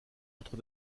autre